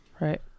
Right